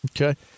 Okay